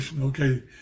Okay